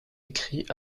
écrit